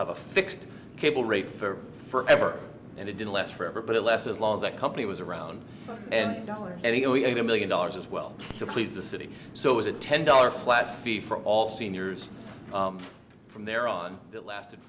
have a fixed cable rate for forever and it didn't last forever but alas as long as that company was around and dollars anyway a million dollars as well to please the city so it was a ten dollar flat fee for all seniors from there on it lasted